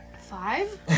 Five